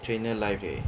trainer life eh